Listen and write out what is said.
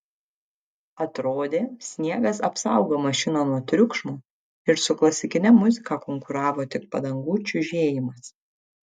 atrodė sniegas apsaugo mašiną nuo triukšmo ir su klasikine muzika konkuravo tik padangų čiužėjimas